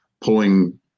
pulling